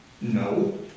No